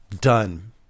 done